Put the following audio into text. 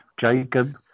Jacob